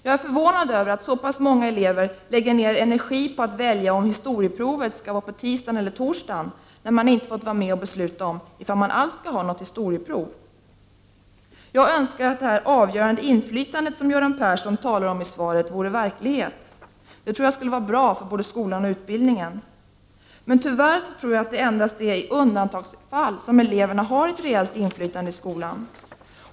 Jag är förvånad över att så pass många elever lägger ner energi på att välja om historieprovet skall vara på tisdagen eller tors dagen, när de inte fått vara med och besluta ifall man alls skall ha något historieprov. Jag önskar att det avgörande inflytande som Göran Persson talar om i svaret vore verklighet. Det tror jag skulle vara bra för både skolan och utbildningen. Men tyvärr tror jag att det endast är i undantagsfall som eleverna har ett reellt inflytande i skolan.